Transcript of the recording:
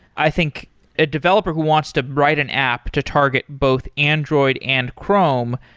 i think a developer who wants to write an app to target both android and chrome,